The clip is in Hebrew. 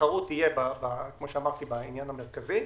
התחרות תהיה בעניין המרכזי,